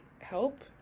help